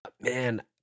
man